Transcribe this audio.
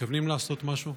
מתכוונים לעשות משהו?